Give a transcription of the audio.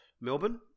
Melbourne